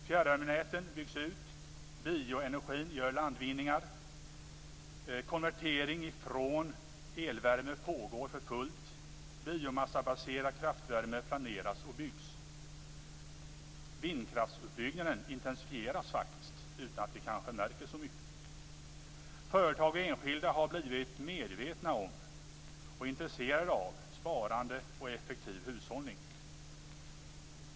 Fjärrvärmenäten byggs ut, bioenergin gör landvinningar, konvertering från elvärme pågår för fullt, biomassabaserad kraftvärme planeras och byggs, och vindkraftsutbyggnaden intensifieras faktiskt utan att vi kanske märker så mycket av det. Företag och enskilda har blivit medvetna om och intresserade av sparande och effektiv hushållning.